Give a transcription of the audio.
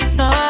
no